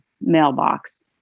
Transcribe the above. mailbox